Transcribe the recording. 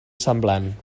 semblant